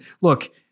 look